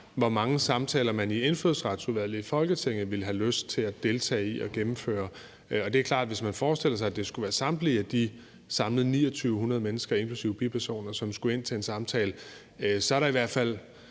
hvor mange samtaler man i Indfødsretsudvalget i Folketinget ville have lyst til at deltage i og gennemføre. Det er klart, at hvis man forestiller sig, at det skulle være samtlige de samlet 2.900 mennesker, inklusive bipersoner, som skulle ind til en samtale, så kunne man godt